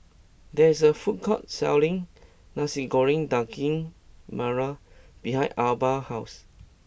there is a food court selling Nasi Goreng Daging Merah behind Arba's house